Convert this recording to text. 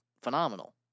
phenomenal